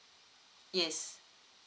yes